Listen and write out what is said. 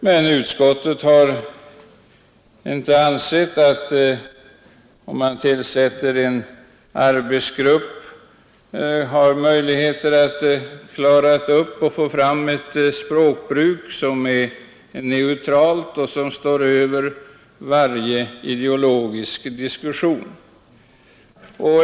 Men utskottet har inte ansett att man genom tillsättande av en arbetsgrupp har möjlighet att få fram ett språkbruk som är neutralt och som kan stå över varje ideologisk diskussion.